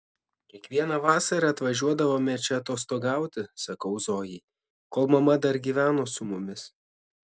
kiekvieną vasarą atvažiuodavome čia atostogauti sakau zojai kol mama dar gyveno su mumis